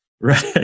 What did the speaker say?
Right